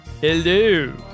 hello